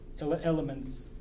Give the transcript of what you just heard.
Elements